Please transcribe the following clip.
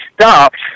stopped